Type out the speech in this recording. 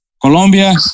Colombia